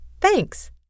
Thanks